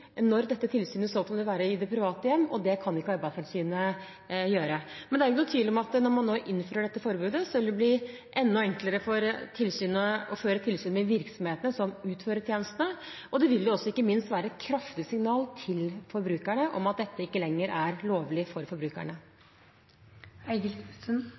når dette tilsynet i så fall vil være i private hjem. Det kan ikke Arbeidstilsynet gjøre. Men det er ikke noen tvil om at når man nå innfører dette forbudet, vil det bli enda enklere for tilsynet å føre tilsyn med virksomhetene som utfører tjenestene. Ikke minst vil det være et kraftig signal til forbrukerne om at dette ikke lenger er lovlig for